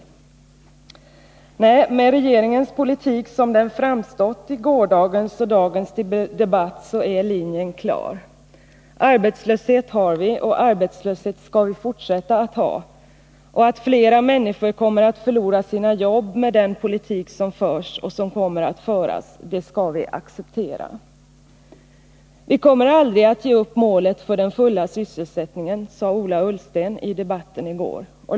Nej, med regeringens politik som den framstått i gårdagens och dagens debatt är linjen klar: Arbetslöshet har vi och arbetslöshet skall vi fortsätta att ha, och att flera människor kommer att förlora sina jobb med den politik som förs och som kommer att föras — det skall vi acceptera. ”Vi kommer aldrig att ge upp målet för den fulla sysselsättningen” sade Ola Ullsten i debatten i går.